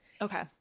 Okay